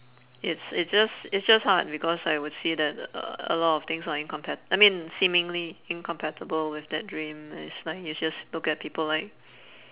it's it's just it's just hard because I would see that uh a lot of things are incompat~ I mean seemingly incompatible with that dream it's like you just look at people like